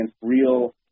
real